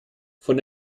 von